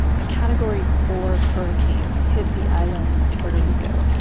a category four hurricane hit the island of puerto rico.